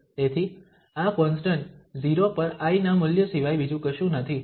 તેથી આ કોન્સ્ટંટ 0 પર I ના મૂલ્ય સિવાય બીજું કશું નથી